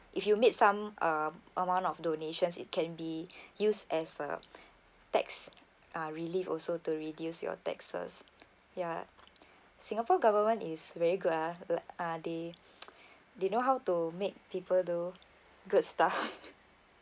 if you made some uh amount of donations it can be used as a tax uh relief also to reduce your taxes ya singapore government is very good ah like ah they they know how to make people do good stuff